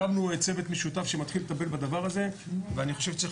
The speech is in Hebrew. הקמנו צוות משותף שמתחיל לטפל בדבר הזה ואני חושב שצריך